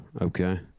Okay